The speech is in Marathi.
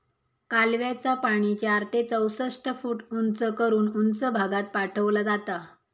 कालव्याचा पाणी चार ते चौसष्ट फूट उंच करून उंच भागात पाठवला जाता